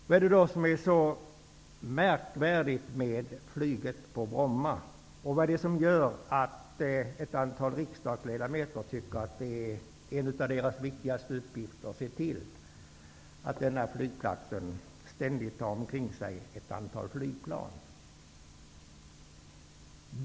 Vad är det då som är så märkvärdigt med flyget på Bromma, och vad är det som gör att ett antal riksdagsledamöter tycker att en av deras viktigaste uppgifter är att se till att denna flygplats ständigt har ett antal flygplan omkring sig?